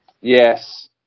Yes